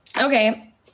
Okay